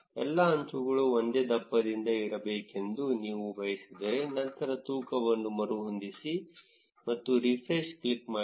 ಎಲ್ಲಾ ಅಂಚುಗಳು ಒಂದೇ ದಪ್ಪದಿಂದ ಇರಬೇಕೆಂದು ನೀವು ಬಯಸಿದರೆ ನಂತರ ತೂಕವನ್ನು ಮರುಹೊಂದಿಸಿ ಮತ್ತು ರಿಫ್ರೆಶ್ ಕ್ಲಿಕ್ ಮಾಡಿ